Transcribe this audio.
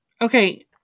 Okay